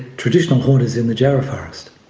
traditional haunt is in the jarrah forest,